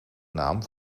naam